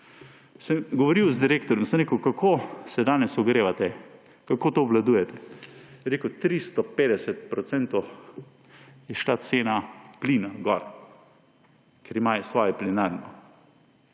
sem govoril z direktorjem. Rekel sem, kako se danes ogrevate, kako to obvladujete. Je rekel, 350 % je šla cena plina gor, ker imajo svojo plinarno.